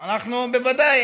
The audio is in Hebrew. בוודאי,